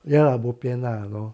ya lah bo pian lah you know